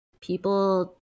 people